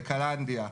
בקלנדיה,